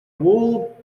wood